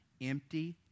empty